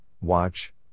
watch